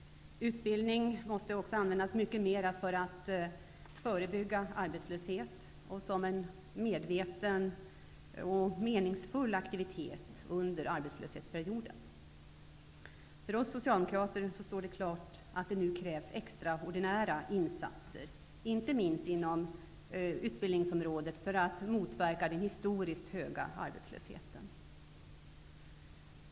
Utbildning måste också användas mycket mer för att förebygga arbetslöshet och som en medveten och meningsfull aktivitet under arbetslöshetsperioden. För oss socialdemokrater står det klart att det nu krävs extraordinära insatser, inte minst inom utbildningsområdet, för att motarbeta den historiskt höga arbetslösheten.